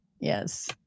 Yes